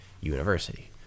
university